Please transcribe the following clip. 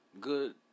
good